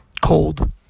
cold